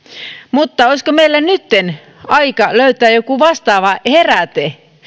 mutta olisiko meillä nytten aika löytää joku vastaava heräte